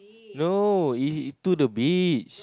no he to the beach